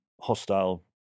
hostile